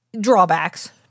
drawbacks